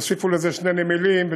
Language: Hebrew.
תוסיפו לזה שני נמלים,